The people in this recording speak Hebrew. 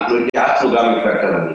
התייעצנו גם עם כלכלנים.